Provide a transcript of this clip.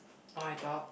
or I talk